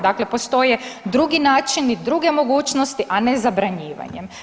Dakle postoje drugi načini, druge mogućnosti, a ne zabranjivanjem.